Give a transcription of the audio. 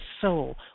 soul